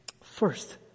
First